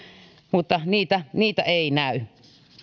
mutta niitä niitä ei näy